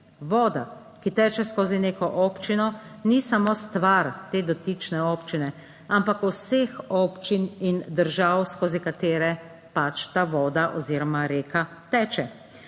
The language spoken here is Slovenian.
Voda, ki teče skozi neko občino, ni samo stvar te dotične občine, ampak vseh občin in držav, skozi katere pač ta voda oziroma reka teče,